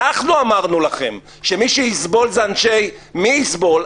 אנחנו אמרנו לכם שמי שיסבול זה אנשי מי יסבול?